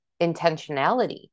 intentionality